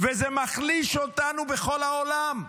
וזה מחליש אותנו בכל העולם.